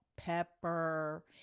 pepper